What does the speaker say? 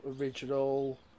Original